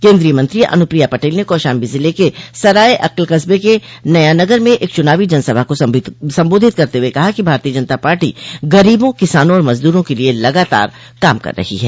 केन्द्रीय मंत्री अनुप्रिया पटेल ने कौशाम्बी जिले के सराय अकिल कस्बे के नयानगर में एक चुनावी जनसभा को संबोधित करते हुए कहा कि भारतीय जनता पार्टी गरीबों किसानों और मजदूरों के लिये लगातार कार्य कर रही है